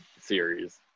series